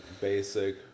basic